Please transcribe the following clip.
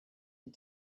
had